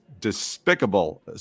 despicable